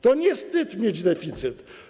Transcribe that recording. To nie wstyd mieć deficyt.